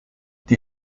die